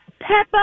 Peppa